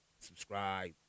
subscribe